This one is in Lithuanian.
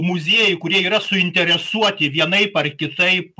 muziejų kurie yra suinteresuoti vienaip ar kitaip